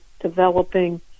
developing